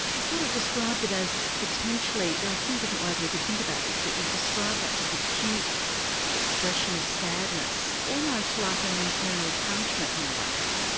you sort of described it as potentially there a few different ways we could think about this but you describe that sort of acute expression of sadness almost like an internal punishment, in a way,